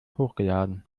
hochgeladen